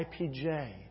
IPJ